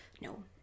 No